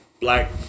black